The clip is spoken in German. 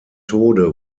tode